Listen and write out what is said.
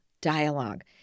dialogue